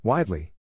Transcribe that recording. Widely